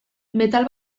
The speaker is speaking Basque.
metal